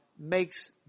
Makes